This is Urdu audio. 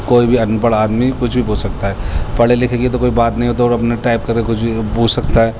کوئی بھی ان پڑھ آدمی کچھ بھی پوچھ سکتا ہے پڑھے لکھے کی تو کوئی بات نہیں وہ تو اپنا ٹائپ کر کے کچھ بھی پوچھ سکتا ہے